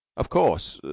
of course,